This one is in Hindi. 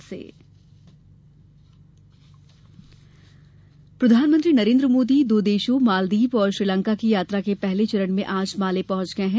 मोदी मालदीव प्रधानमंत्री नरेन्द्र मोदी दो देशों मालदीव और श्रीलंका की यात्रा के पहले चरण में आज माले पहंच गये हैं